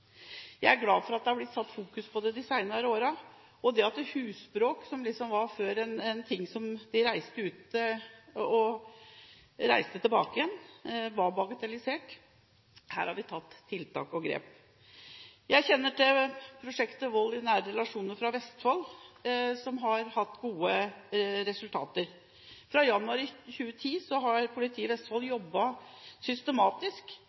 Jeg er glad for at det er blitt fokusert på det de senere årene. Husbråk, som før innebar at man reiste ut og reiste tilbake igjen, var bagatellisert. Her har vi satt i verk tiltak og tatt grep. Jeg kjenner til prosjektet Vold i nære relasjoner fra Vestfold, som har hatt gode resultater. Fra januar 2010 har politiet i Vestfold jobbet systematisk.